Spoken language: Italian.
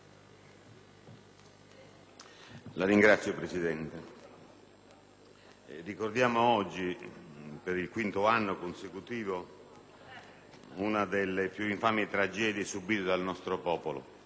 Signor Presidente, ricordiamo oggi, per il quinto anno consecutivo, una delle più infami tragedie subite dal nostro popolo: